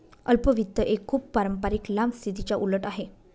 अल्प वित्त एक खूप पारंपारिक लांब स्थितीच्या उलट आहे